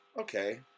okay